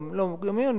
לא יום עיון,